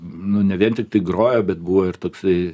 nu ne vien tiktai grojo bet buvo ir toksai